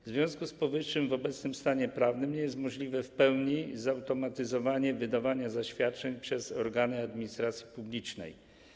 W związku z powyższym w obecnym stanie prawnym nie jest możliwe w pełni zautomatyzowane wydawanie zaświadczeń przez organy administracji publicznej.